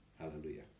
Hallelujah